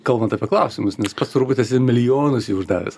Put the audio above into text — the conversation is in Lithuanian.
kalbant apie klausimus nes pats turbūt esi milijonus jų uždavęs